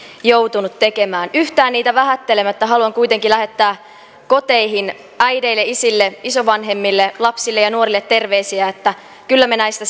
joutunut tekemään yhtään niitä vähättelemättä haluan kuitenkin lähettää koteihin äideille isille isovanhemmille lapsille ja nuorille terveisiä että kyllä me näistä